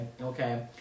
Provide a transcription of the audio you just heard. Okay